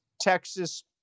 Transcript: texas